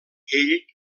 ell